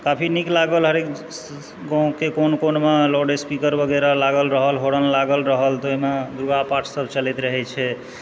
काफी नीक लागल हरेक गाँवके कोन कोनमे लाउडस्पीकर वगैरह लागल रहल हॉर्न लागल रहल तऽ ओहिमे दुर्गा पाठसभ चलैत रहै छै